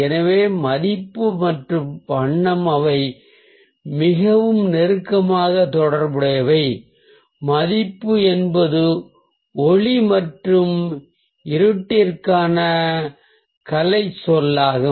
எனவே மதிப்பு மற்றும் வண்ணம் அவை மிகவும் நெருக்கமாக தொடர்புடையவை மதிப்பு என்பது ஒளி மற்றும் இருட்டிற்கான கலைச் சொல்லாகும்